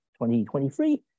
2023